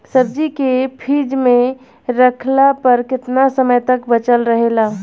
सब्जी के फिज में रखला पर केतना समय तक बचल रहेला?